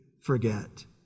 forget